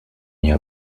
your